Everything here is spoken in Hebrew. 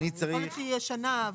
יכול להיות שהיא ישנה,